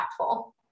impactful